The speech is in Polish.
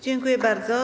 Dziękuję bardzo.